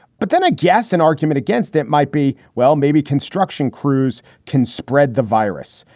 but then i guess an argument against it might be, well, maybe construction crews can spread the virus.